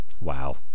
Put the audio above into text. Wow